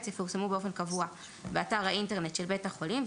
יפורסמו באופן קבוע באתר האינטרנט של בית החולים,